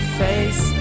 face